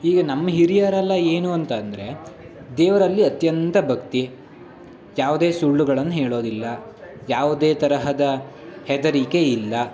ಈಗ ನಮ್ಮ ಹಿರಿಯರೆಲ್ಲ ಏನು ಅಂತಂದರೆ ದೇವರಲ್ಲಿ ಅತ್ಯಂತ ಭಕ್ತಿ ಯಾವುದೇ ಸುಳ್ಳುಗಳನ್ನು ಹೇಳೋದಿಲ್ಲ ಯಾವುದೇ ತರಹದ ಹೆದರಿಕೆ ಇಲ್ಲ